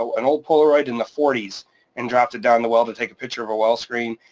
so an old polaroid in the forty s and dropped it down the well to take a picture of a well screen.